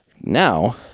now